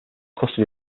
custody